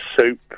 soup